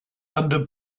under